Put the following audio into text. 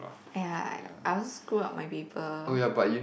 !aiya! I also screwed up my paper